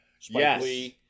Yes